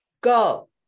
Go